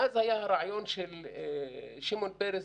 ואז היה את הרעיון של שמעון פרס,